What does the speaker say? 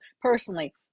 Personally